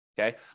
Okay